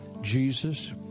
Jesus